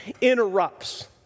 interrupts